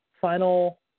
final